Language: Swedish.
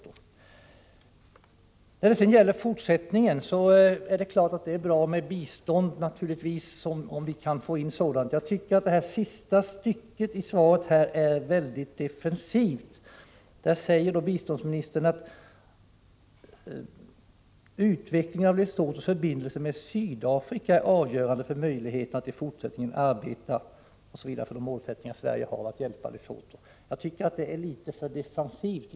När det gäller våra åtgärder i fortsättningen är det naturligtvis bra med bistånd, om vi-kan få in sådant. Jag tycker att det sista stycket i svaret är mycket defensivt. Där säger biståndsministern: ”Utvecklingen av Lesothos förbindelser med Sydafrika är avgörande för möjligheten att i fortsättningen arbeta för dessa målsättningar” — att hjälpa Lesotho. Jag tycker alltså att det är för defensivt.